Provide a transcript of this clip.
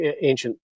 ancient